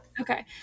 Okay